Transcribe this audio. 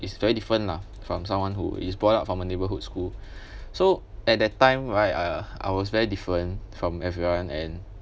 is very different lah from someone who is brought up from a neighbourhood school so at that time right uh I was very different from everyone and